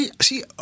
See